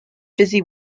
busy